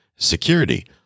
Security